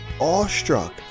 awestruck